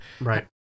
Right